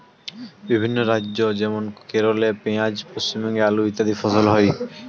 বিভিন্ন রাজ্য যেমন কেরলে পেঁয়াজ, পশ্চিমবঙ্গে আলু ইত্যাদি ফসল হয়